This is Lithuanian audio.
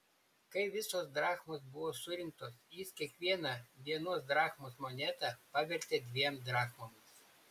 kai visos drachmos buvo surinktos jis kiekvieną vienos drachmos monetą pavertė dviem drachmomis